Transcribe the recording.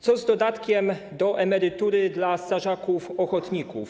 Co z dodatkiem do emerytury dla strażaków ochotników?